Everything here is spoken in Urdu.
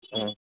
ہاں